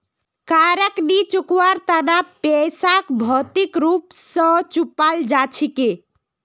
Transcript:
कारक नी चुकवार तना पैसाक भौतिक रूप स चुपाल जा छेक